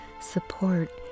support